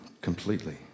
completely